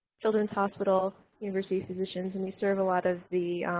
children's hospital, university physicians and we serve a lot of the